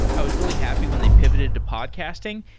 i was really happy when they pivoted to podcasting.